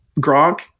Gronk